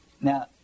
Now